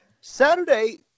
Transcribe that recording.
Saturday